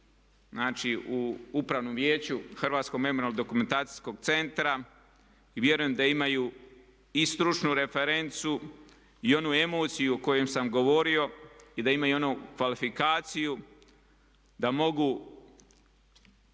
znači u upravnom Vijeću Hrvatskog memorijalno dokumentacijskog centra i vjerujem da imaju i stručnu referencu i onu emociju o kojoj sam govorio i da imaju i onu kvalifikaciju da mogu